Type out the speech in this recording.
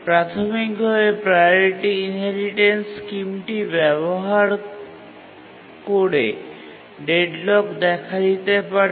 প্রাথমিকভাবে priority inheritance স্কিমটি ব্যবহার করে ডেডলক দেখা দিতে পারে